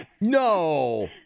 No